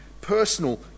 personal